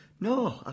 No